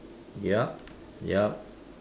yup yup